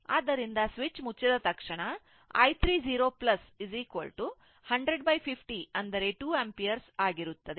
ಆದ್ದರಿಂದ ಸ್ವಿಚ್ ಮುಚ್ಚಿದ ತಕ್ಷಣ i3 0 100 502 ampere ಆಗಿರುತ್ತದೆ